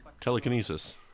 Telekinesis